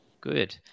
Good